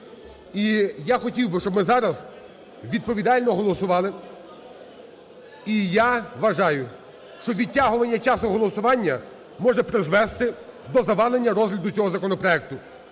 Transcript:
І я хотів би, щоб ми зараз відповідально голосували. І я вважаю, що відтягування часу голосування може призвести до завалення розгляду цього законопроекту.